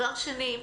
דבר שני,